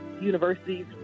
universities